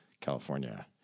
California